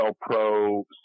pro